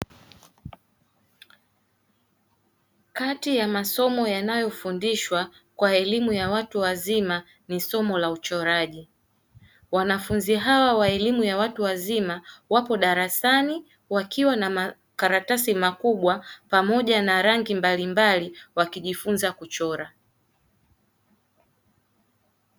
Kati ya masomo yanayofundishwa kwa elimu ya watu wazima ni somo la uchoraji wanafunzi hawa wa elimu ya watu wazima wapo darasani wakiwa na makaratasi makubwa pamoja na rangi mbalimbali wakijifunza kuchora.